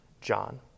John